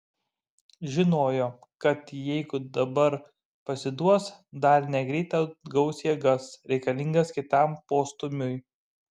žinojo kad jeigu dabar pasiduos dar negreit atgaus jėgas reikalingas kitam postūmiui